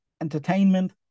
entertainment